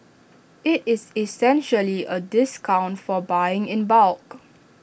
IT is essentially A discount for buying in bulk